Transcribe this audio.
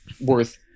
worth